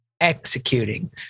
executing